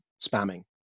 spamming